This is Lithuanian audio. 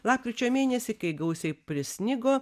lapkričio mėnesį kai gausiai prisnigo